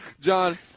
John